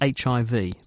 HIV